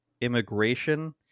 immigration